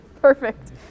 Perfect